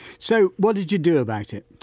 so, what did you do about it?